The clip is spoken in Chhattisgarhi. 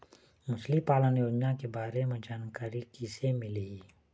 मछली पालन योजना के बारे म जानकारी किसे मिलही?